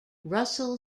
russell